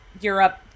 Europe